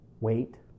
wait